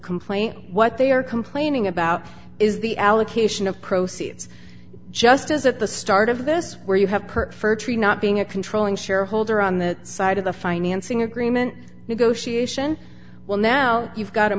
complaint what they are complaining about is the allocation of proceeds just as at the start of this where you have current for tree not being a controlling shareholder on the side of the financing agreement negotiation well now you've got a